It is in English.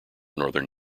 northern